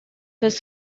was